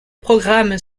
programmes